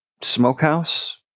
smokehouse